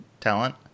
talent